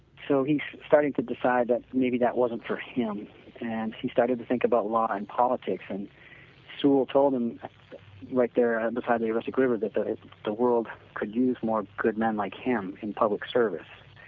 so he started to decide that maybe that wasn't for him and he started to think about law and politics and sewall told him like there beside the aroostook river there the the world could use more good men like him in public service